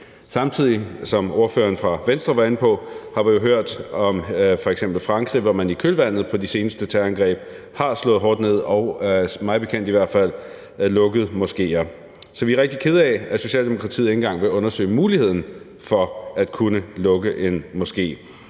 Samtidig, som ordføreren fra Venstre var inde på, har vi jo hørt om f.eks. Frankrig, hvor man i kølvandet på de seneste terrorangreb har slået hårdt ned og i hvert fald mig bekendt har lukket moskéer. Så vi er rigtig kede af, at Socialdemokratiet ikke engang vil undersøge muligheden for at kunne lukke en moské,